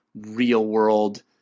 real-world